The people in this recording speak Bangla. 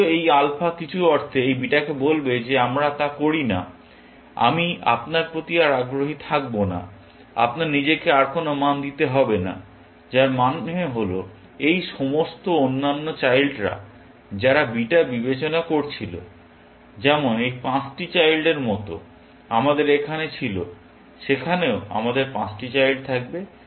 যদিও এই আলফা কিছু অর্থে এই বিটাকে বলবে যে আমরা তা করি না আমি আপনার প্রতি আর আগ্রহী থাকব না আপনার নিজেকে আর কোন মান দিতে হবে না যার মানে হল এই সমস্ত অন্যান্য চাইল্ডরা যারা বিটা বিবেচনা করছিল যেমন এই পাঁচটি চাইল্ডের মতো আমাদের এখানে ছিল সেখানেও আমাদের পাঁচটি চাইল্ড থাকবে